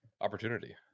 opportunity